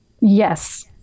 Yes